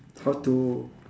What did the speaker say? how to